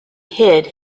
hid